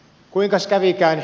kuinkas kävikään